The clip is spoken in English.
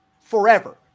forever